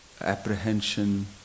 apprehension